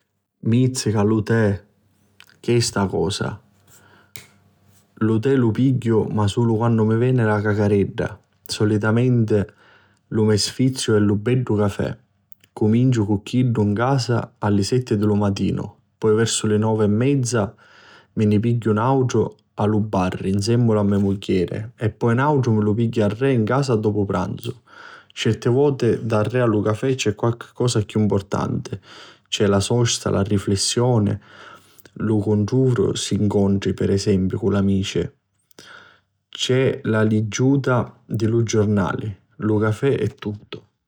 Mizzica lu te, ch'è sta cosa. Lu te lu pigghiu ma sulu quannu mi veni la cacaredda. Solitamenti lu me sfiziu è lu beddu cafè. Cumunciu cu chiddu 'n casa a li setti di lu matinu, poi versu le novi e menza mi ni pigghiu nàutru a lu barri nsèmmula a me mugghieri e poi l'àutru mi lu pigghiu arrè 'n casa dopu lu pranzu. Certi voti darrè a lu cafè c'è qualchi cosa di chiù mpurtanti, c'è la sosta, la riflissioni, lu cunfruntu si ncontri, pi esempiu, amici. C'è la liggiuta di lu giurnali. Lu cafè è tuttu.